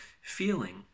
feeling